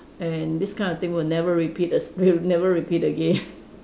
and this kind of thing will never repeat the s~ will never repeat again